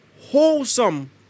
wholesome